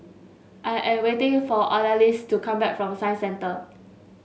I am waiting for Odalys to come back from Science Centre